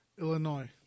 Illinois